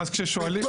יפה.